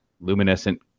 luminescent